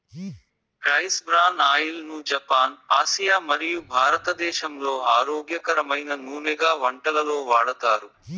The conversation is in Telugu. రైస్ బ్రాన్ ఆయిల్ ను జపాన్, ఆసియా మరియు భారతదేశంలో ఆరోగ్యకరమైన నూనెగా వంటలలో వాడతారు